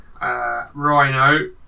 Rhino